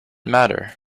matter